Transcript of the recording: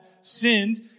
sinned